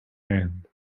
hand